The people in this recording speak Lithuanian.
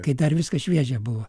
kai dar viskas šviežia buvo